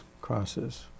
crosses